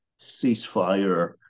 ceasefire